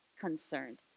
concerned